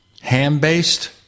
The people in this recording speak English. ham-based